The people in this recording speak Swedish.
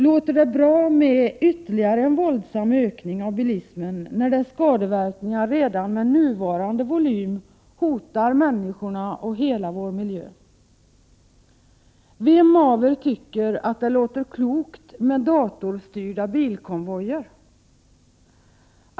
Låter det bra med ytterligare en våldsam ökning av bilismen, när dess skadeverkningar redan med nuvarande volym hotar människorna och hela vår miljö? Vem av er tycker att det låter klokt med datorstyrda bilkonvojer?